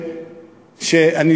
שאני,